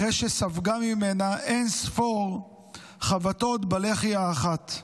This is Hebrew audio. אחרי שספגה ממנה אין-ספור חבטות בלחי האחת.